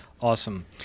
Awesome